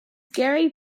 gary